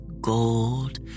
gold